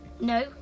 No